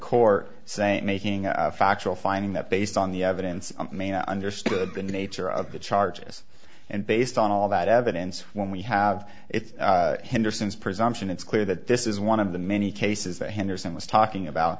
court saying making a factual finding that based on the evidence understood the nature of the charges and based on all that evidence when we have it henderson's presumption it's clear that this is one of the many cases that henderson was talking about